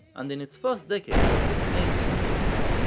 and in its first decade one of its main innovators.